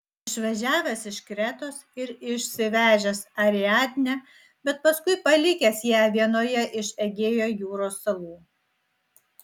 išvažiavęs iš kretos ir išsivežęs ariadnę bet paskui palikęs ją vienoje iš egėjo jūros salų